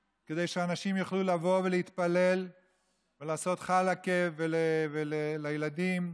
כדי שאנשים יוכלו לבוא ולהתפלל ולעשות חלאקה לילדים,